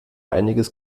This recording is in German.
einiges